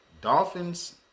Dolphins